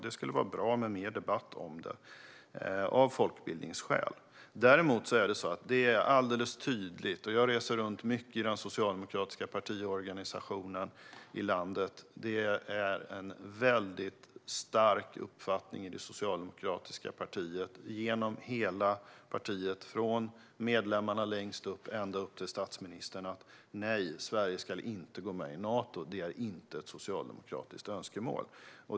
Det skulle av folkbildningsskäl vara bra med mer debatt. Jag reser runt mycket i den socialdemokratiska partiorganisationen i landet, och det finns en stark uppfattning genom hela det socialdemokratiska partiet från medlemmarna ända upp till statsministern att Sverige inte ska gå med i Nato. Det är inte ett socialdemokratiskt önskemål.